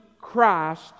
Christ